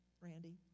Randy